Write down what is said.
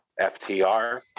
FTR